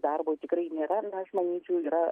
darbo tikrai nėra na aš manyčiau yra